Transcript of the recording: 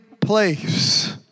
place